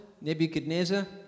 Nebuchadnezzar